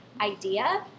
idea